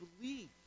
believe